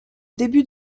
début